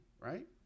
right